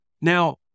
Now